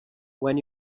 when